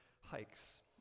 hikes